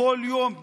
בכל כיום.